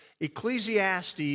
Ecclesiastes